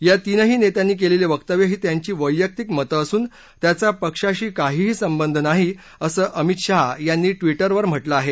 या तीनही नेत्यांनी केलेली वक्तव्य ही त्यांची वैयक्तिक मतं असून त्याचा पक्षाशी काहीही संबंध नाही असं अमित शाह यांनी ट्विटरवर म्हटलं आहे